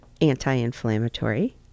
anti-inflammatory